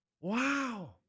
Wow